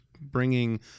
bringing